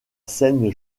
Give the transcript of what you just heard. scène